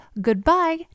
goodbye